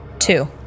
Two